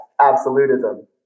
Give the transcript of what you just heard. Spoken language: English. absolutism